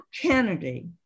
Kennedy